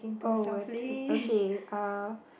oh we are two okay uh